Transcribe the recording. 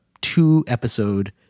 two-episode